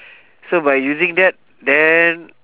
so by using that then